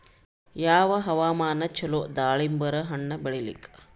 ಯಾವ ಹವಾಮಾನ ಚಲೋ ದಾಲಿಂಬರ ಹಣ್ಣನ್ನ ಬೆಳಿಲಿಕ?